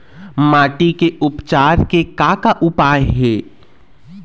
माटी के उपचार के का का उपाय हे?